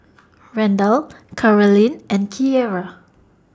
Randall Carolynn and Keira